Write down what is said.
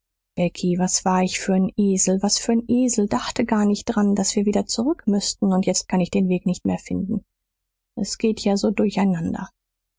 becky was war ich für n esel was für n esel dachte gar nicht dran daß wir wieder zurück müßten und jetzt kann ich den weg nicht mehr finden s geht ja so